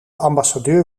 ambassadeur